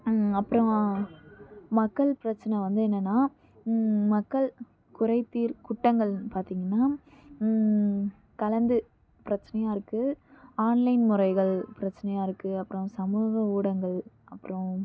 அப்புறம் மக்கள் பிரச்சனை வந்து என்னென்னா மக்கள் குறைதீர் குட்டங்கள் பார்த்திங்கன்னா கலந்து பிரச்சனையாக இருக்குது ஆன்லைன் முறைகள் பிரச்சனையாக இருக்குது அப்புறம் சமூக ஊடகங்கள் அப்புறம்